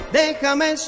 déjame